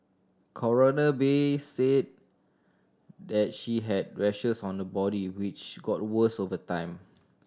Coroner Bay said that she had rashes on her body which got worse over time